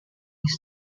his